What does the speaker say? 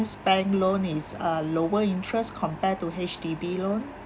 bank loan is uh lower interest compared to H_D_B loan